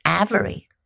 Avery